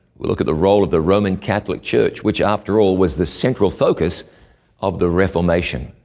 we'll look at the role of the roman catholic church which, after all, was the central focus of the reformation.